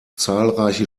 zahlreiche